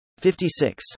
56